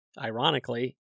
ironically